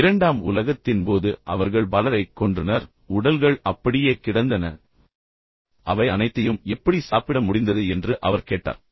எனவே இரண்டாம் உலகத்தின் போது அவர்கள் பலரைக் கொன்றனர் பின்னர் உடல்கள் அப்படியே கிடந்தன அவை அனைத்தையும் எப்படி சாப்பிட முடிந்தது என்று அவர் கேட்டார்